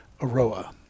Aroa